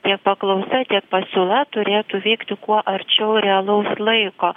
tiek paklausa tiek pasiūla turėtų vykti kuo arčiau realaus laiko